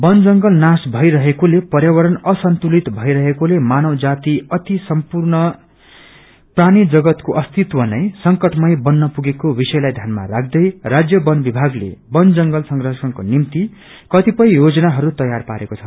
वन जंगल नाश भईरहेकोले पर्यावरण असन्तुलित भई रहेकोले मानव जाति अनि सम्पूर्ण प्राणी जगतको अस्तित नै संकटमा पुगेको विषयलाई ध्यानमा राख्दै राज्य वन विभागले वन जंगल संरक्षण्को निम्ति कतिपय योजनाहरू तैयार पारेको छ